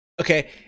okay